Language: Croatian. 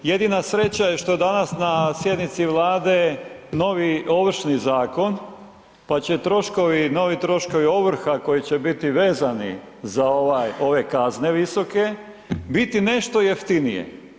Jedina sreća je što je danas na sjednici Vlade novi Ovršni zakon pa će troškovi, novi troškovi ovrha koji će biti vezani za ove kazne visoke biti nešto jeftinije.